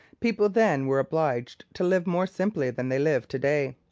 people then were obliged to live more simply than they live to-day.